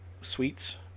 sweets